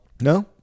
No